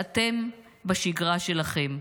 ואתם בשגרה שלכם,